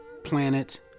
planet